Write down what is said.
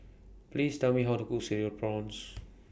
Please Tell Me How to Cook Cereal Prawns